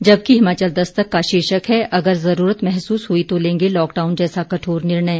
जबकि हिमाचल दस्तक का शीर्षक है अगर जरूरत महसूस हई तो लेंगे लॉकडाउन जैसा कठोर निर्णय